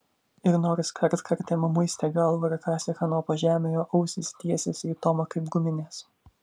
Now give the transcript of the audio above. ir nors kartkartėm muistė galvą ir kasė kanopa žemę jo ausys tiesėsi į tomą kaip guminės